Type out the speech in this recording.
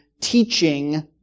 teaching